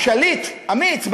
או שליט אמיץ,